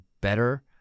better